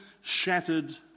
shattered